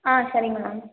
ஆ சரிங்க மேம்